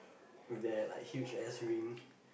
their like huge ass ring